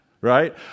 right